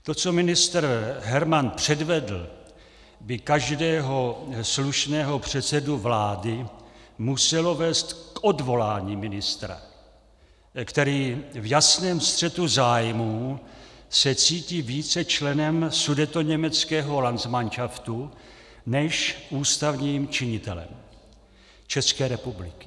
To, co ministr Herman předvedl, by každého slušného předsedu vlády muselo vést k odvolání ministra, který v jasném střetu zájmů se cítí více členem Sudetoněmeckého landsmanšaftu než ústavním činitelem České republiky.